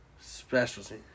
Specialty